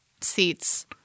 seats